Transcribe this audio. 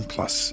Plus